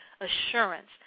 assurance